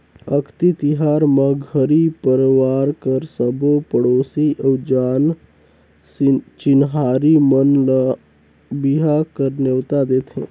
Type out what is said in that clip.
अक्ती तिहार म घरी परवार कर सबो पड़ोसी अउ जान चिन्हारी मन ल बिहा कर नेवता देथे